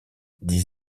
dit